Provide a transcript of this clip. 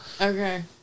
Okay